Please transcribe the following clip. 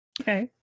Okay